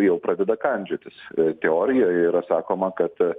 jau pradeda kandžiotis teorijoje yra sakoma kad